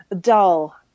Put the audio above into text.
dull